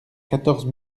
quatorze